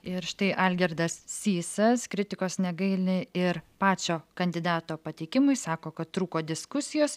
ir štai algirdas sysas kritikos negaili ir pačio kandidato pateikimui sako kad trūko diskusijos